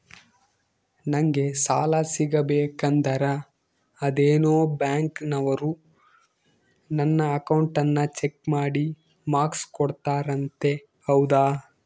ನಂಗೆ ಸಾಲ ಸಿಗಬೇಕಂದರ ಅದೇನೋ ಬ್ಯಾಂಕನವರು ನನ್ನ ಅಕೌಂಟನ್ನ ಚೆಕ್ ಮಾಡಿ ಮಾರ್ಕ್ಸ್ ಕೊಡ್ತಾರಂತೆ ಹೌದಾ?